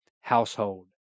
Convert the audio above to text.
household